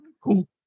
Cool